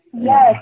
Yes